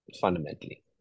fundamentally